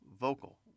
vocal